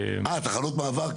תחנות מעבר?